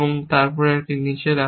তারপর একটি নিচে রাখা হয়